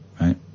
right